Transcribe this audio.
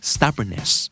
Stubbornness